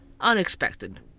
Unexpected